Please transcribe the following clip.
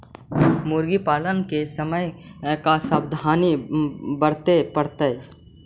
मुर्गी पालन करे के समय का सावधानी वर्तें पड़तई?